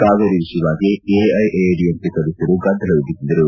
ಕಾವೇರಿ ವಿಷಯವಾಗಿ ಎಐಎಡಿಎಂಕೆ ಸದಸ್ಯರು ಗದ್ದಲವೆಬ್ಲಿಸಿದರು